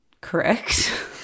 correct